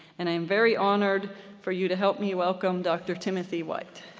and i am very honored for you to help me welcome dr. timothy white.